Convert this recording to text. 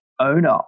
owner